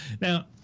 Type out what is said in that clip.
now